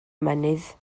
mynydd